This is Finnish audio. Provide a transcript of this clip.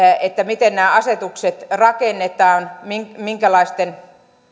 miten nämä asetukset rakennetaan minkälaisten